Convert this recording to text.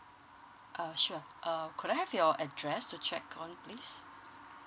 ah sure uh could I have your address to check on please